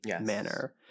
manner